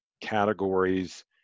categories